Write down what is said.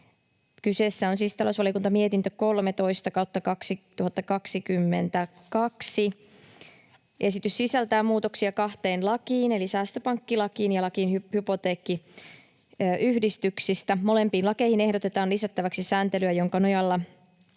kyseessä on siis talousvaliokuntamietintö 13/2022. Esitys sisältää muutoksia kahteen lakiin eli säästöpankkilakiin ja lakiin hypoteekkiyhdistyksistä. Molempiin lakeihin ehdotetaan lisättäväksi sääntelyä, jonka nojalla